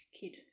kid